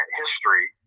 history